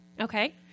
Okay